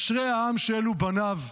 אשרי העם שאלה בניו.